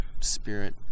spirit